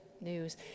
news